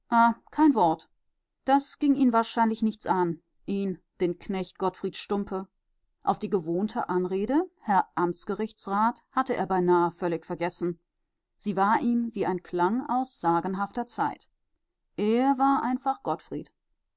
kein wort das ging ihn wahrscheinlich nichts an ihn den knecht gottfried stumpe auf die gewohnte anrede herr amtsgerichtsrat hatte er beinahe völlig vergessen sie war ihm wie ein klang aus sagenhafter zeit er war einfach gottfried